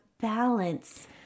balance